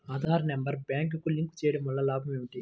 Aadhaar number బ్యాంక్నకు link చేయుటవల్ల లాభం ఏమిటి?